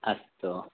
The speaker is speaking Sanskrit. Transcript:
अस्तु